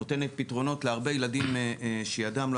נותנת פתרונות להרבה ילדים שידם לא